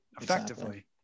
effectively